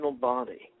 body